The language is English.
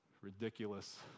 Ridiculous